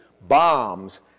bombs